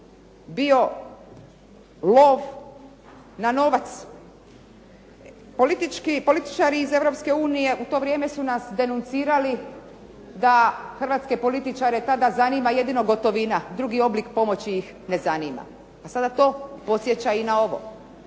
bio lov na novac, političari iz Europske unije u to vrijeme su nas denuncirali da Hrvatske političare jedino zanima gotovina, drugi oblik pomoći ih ne zanima, a sada to podsjeća i na ovo.